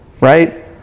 right